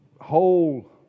whole